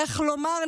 איך לומר,